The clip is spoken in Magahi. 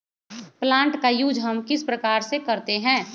प्लांट का यूज हम किस प्रकार से करते हैं?